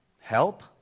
Help